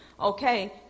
okay